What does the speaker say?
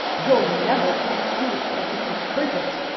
you'll never get anybody to print it.